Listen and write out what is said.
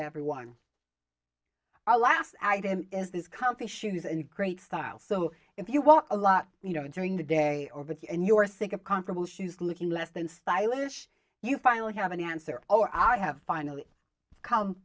everyone our last item is this comfy shoes and great style so if you want a lot you know during the day with you and you are sick of comparable shoes looking less than stylish you finally have an answer oh i have finally come